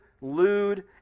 lewd